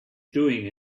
doing